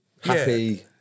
happy